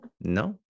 No